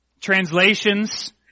translations